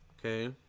Okay